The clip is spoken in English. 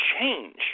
change